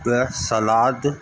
त सलाद